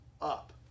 up